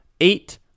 eight